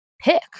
pick